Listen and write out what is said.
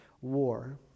war